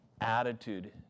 attitude